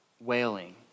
wailing